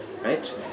right